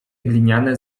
gliniane